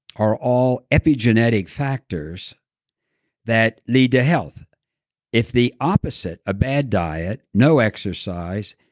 are all epigenetic factors that lead to health if the opposite, a bad diet, no exercise,